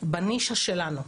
בנישה שלנו,